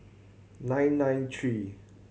nine nine three